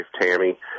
Tammy